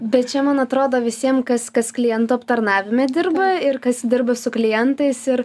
bet čia man atrodo visiem kas kas klientų aptarnavime dirba ir kas dirba su klientais ir